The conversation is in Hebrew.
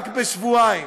רק בשבועיים.